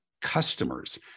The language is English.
customers